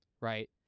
right